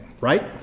right